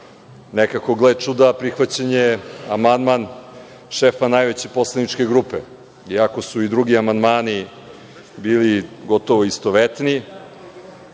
Nekako, gle čuda, prihvaćen je amandman šefa najveće poslaničke grupe, iako su i drugi amandmani bili gotovo istovetni,